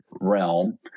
realm